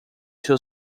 two